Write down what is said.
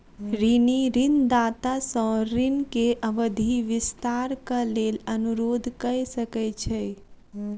ऋणी ऋणदाता सॅ ऋण के अवधि विस्तारक लेल अनुरोध कय सकै छै